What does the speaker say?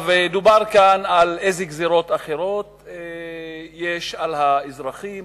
דובר כאן על גזירות אחרות שיש על האזרחים,